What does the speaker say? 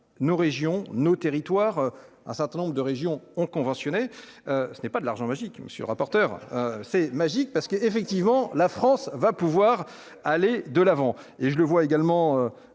nos régions, nos territoires, un certain nombre de régions ont conventionnés, ce n'est pas de l'argent magique, monsieur le rapporteur, c'est magique parce qu'effectivement, la France va pouvoir aller de l'avant et je le vois également